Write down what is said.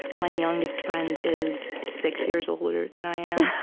my youngest friend is six years older than i am.